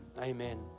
Amen